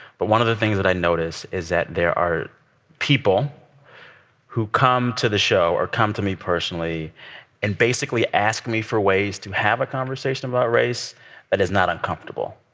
but one of the things that i notice is that there are people who come to the show or come to me personally and basically ask me for ways to have a conversation about race that is not uncomfortable.